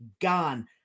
gone